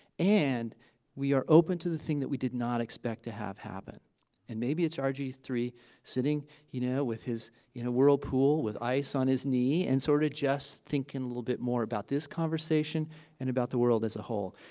and we are open to the thing that we did not expect to have happen and maybe it's r g three sitting, you know, with his you know whirlpool, with ice on his knee and sort of just thinking a little bit more about this conversation and about the world as a whole.